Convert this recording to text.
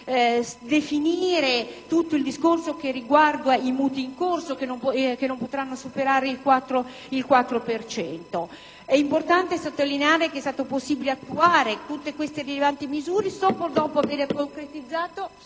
È importante sottolineare che è stato possibile attuare tutte queste rilevanti misure solo dopo aver concretizzato